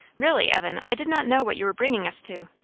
really, evan, i did not know what you were bringing us to.